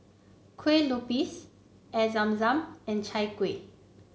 Kueh Lopes Air Zam Zam and Chai Kueh